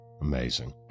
Amazing